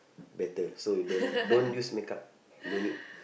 better so you don't don't use makeup don't need